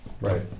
Right